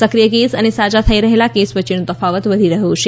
સક્રિય કેસ અને સાજા થઈ રહેલા કેસ વચ્ચેનો તફાવત વધી રહ્યો છે